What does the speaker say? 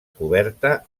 coberta